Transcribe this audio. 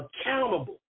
accountable